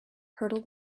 hurdle